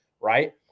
right